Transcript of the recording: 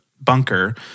bunker